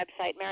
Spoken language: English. website